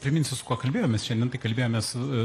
priminsiu su kuo kalbėjomės šiandien tai kalbėjomės